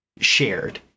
shared